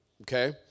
okay